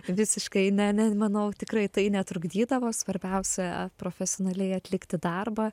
visiškai ne ne manau tikrai tai netrukdydavo svarbiausia profesionaliai atlikti darbą